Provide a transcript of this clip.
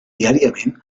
diàriament